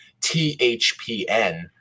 THPN